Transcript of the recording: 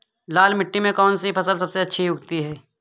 लाल मिट्टी में कौन सी फसल सबसे अच्छी उगती है?